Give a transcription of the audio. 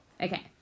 Okay